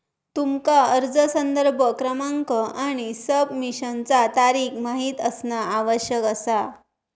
तुमका अर्ज संदर्भ क्रमांक आणि सबमिशनचा तारीख माहित असणा आवश्यक असा